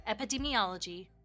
Epidemiology